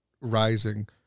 rising